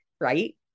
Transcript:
Right